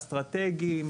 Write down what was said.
אסטרטגיים,